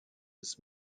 des